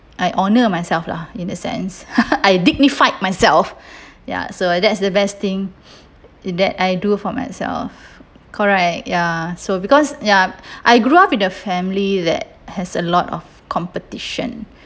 I honour myself lah in a sense I dignified myself ya so that's the best thing that I do for myself correct ya so because ya I grew up in the family that has a lot of competition